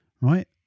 right